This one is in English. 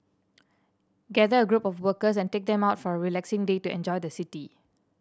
gather a group of workers and take them out for a relaxing day to enjoy the city